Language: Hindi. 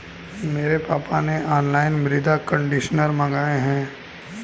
मेरे पापा ने ऑनलाइन मृदा कंडीशनर मंगाए हैं